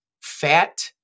fat